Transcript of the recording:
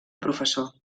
professor